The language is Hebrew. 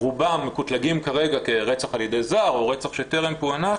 רובם מקוטלגים כרגע כרצח על ידי זר או רצח שטרם פוענח.